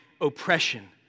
oppression